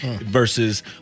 Versus